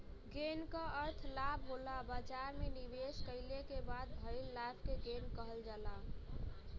gain क अर्थ लाभ होला बाजार में निवेश कइले क बाद भइल लाभ क गेन कहल जाला